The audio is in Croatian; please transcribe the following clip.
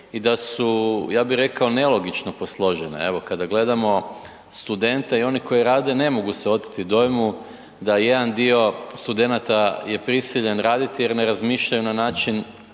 i da su ja bi rekao nelogično posložene. Evo kada gledamo studente i oni koji rade, ne mogu se oteti dojmu da jedan dio studenata je prisiljen raditi jer ne razmišljaju na način